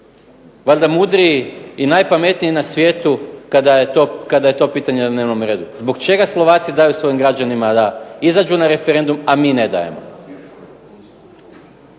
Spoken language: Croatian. valjda mudriji i najpametniji na svijetu kada je to pitanje na dnevnom redu. Zbog čega Slovaci daju svojim građanima da izađu na referendum, a mi ne dajemo?